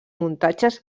muntatges